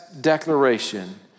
declaration